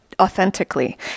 authentically